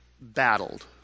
battled